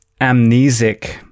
amnesic